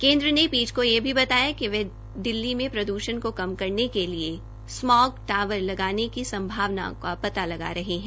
केन्द्र ने पीठ यह भी बताया कि वह दिल्ली में प्रदूषण को कम करने के लिए स्मोग टावर लगाने की संभावनाओं का पता लगा रहे है